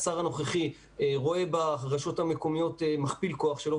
שהשר הנוכחי רואה ברשויות המקומיות מכפיל כוח שלו,